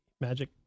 Magic